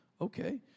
okay